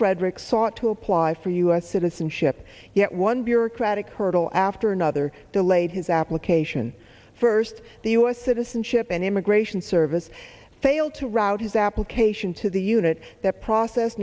frederick sought to apply for u s citizenship yet one bureaucratic hurdle after another delayed his application first the u s citizenship and immigration service failed to route his application to the unit that process